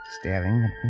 staring